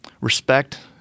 Respect